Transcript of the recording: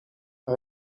par